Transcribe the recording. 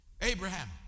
Abraham